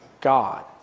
God